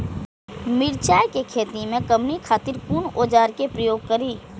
मिरचाई के खेती में कमनी खातिर कुन औजार के प्रयोग करी?